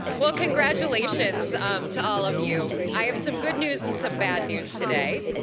well, congratulations to all of you. i have some good news and some bad news today.